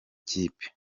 kipe